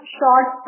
short